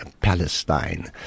Palestine